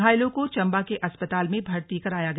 घायलों को चंबा के अस्पताल में भर्ती कराया गया